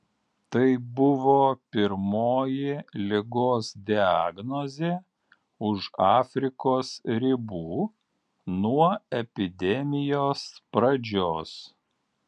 tai buvo pirmoji ligos diagnozė už afrikos ribų nuo epidemijos pradžios